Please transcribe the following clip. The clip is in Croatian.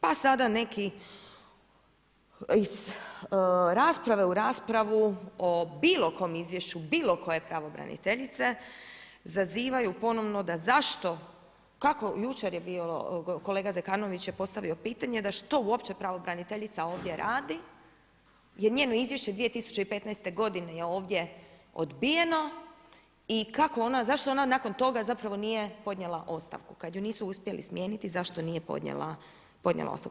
Pa sada nekih iz rasprave u raspravu o bilokom izvješću bilokoje pravobraniteljice, zazivaju ponovno da zašto, kako, jučer je bilo kolega Zekanović je postavio pitanje da što uopće pravobraniteljica ovdje radi jer njeno izvješće 2015. g. je ovdje odbijeno i zašto ona nakon toga zapravo nije podnijela ostavku, kad ju nisu uspjeli smijeniti, zašto nije podnijela ostavku.